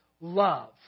love